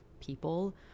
people